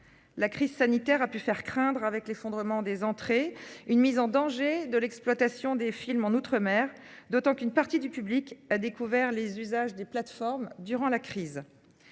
La crise sanitaire a pu faire craindre avec l'effondrement des entrées une mise en danger de l'exploitation des films en outre-mer d'autant qu'une partie du public a découvert les usages des plateformes durant la crise.